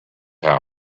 house